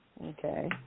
Okay